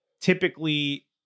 typically